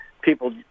people